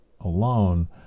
alone